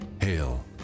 hail